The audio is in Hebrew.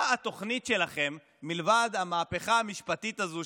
מה התוכנית שלכם מלבד המהפכה המשפטית הזו,